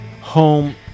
home